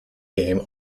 game